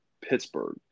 Pittsburgh